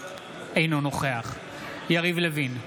אינו נוכח יריב לוין,